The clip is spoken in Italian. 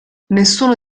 nessuno